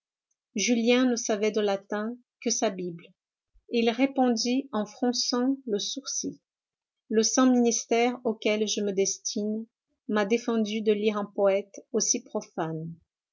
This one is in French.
julien ne savait de latin que sa bible il répondit en fronçant le sourcil le saint ministère auquel je me destine m'a défendu de lire un poète aussi profane